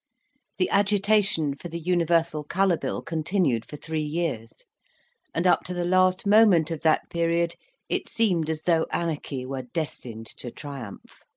the agitation for the universal colour bill continued for three years and up to the last moment of that period it seemed as though anarchy were destined to triumph.